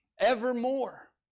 evermore